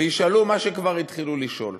וישאלו מה שכבר התחילו לשאול: